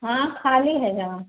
हाँ खाली है यहाँ